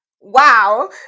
wow